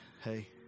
hey